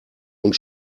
und